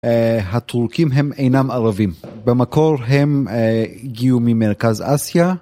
הטורקים הם אינם ערבים, במקור הם הגיעו ממרכז אסיה.